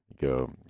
Go